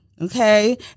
okay